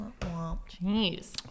Jeez